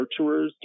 nurturers